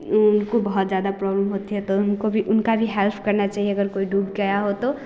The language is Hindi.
उनको बहुत ज़्यादा प्रॉब्लम होती है तो उनको भी उनका भी हेल्प करना चाहिए अगर कोई डूब गया हो